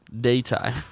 Daytime